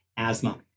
asthma